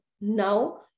now